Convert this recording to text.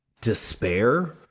despair